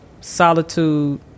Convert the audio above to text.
solitude